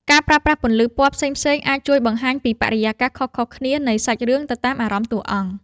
ការប្រើប្រាស់ពន្លឺពណ៌ផ្សេងៗអាចជួយបង្ហាញពីបរិយាកាសខុសៗគ្នានៃសាច់រឿងទៅតាមអារម្មណ៍តួអង្គ។